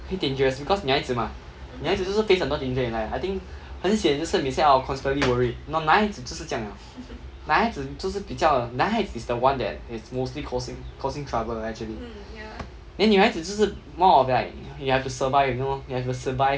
会 dangerous because 女孩子 mah 女孩子就是 face 很多 danger in life I think 很闲就是每次 I will constantly worried no 男孩子就是这样了男孩子就是比较男孩子 is the one that is mostly causing causing trouble actually then 女孩子就是 more of like you have to survie you know you have to survive